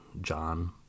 John